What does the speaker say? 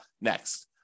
next